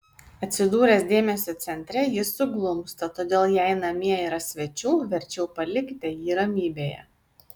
atsidūręs dėmesio centre jis suglumsta todėl jei namie yra svečių verčiau palikite jį ramybėje